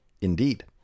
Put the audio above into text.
Indeed